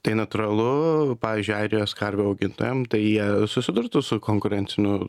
tai natūralu pavyzdžiui airijos karvių augintojam tai jie susidurtų su konkurenciniu